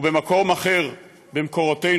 ובמקום אחר במקורותינו,